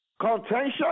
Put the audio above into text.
Contention